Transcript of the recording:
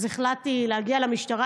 אז החלטתי להגיע למשטרה,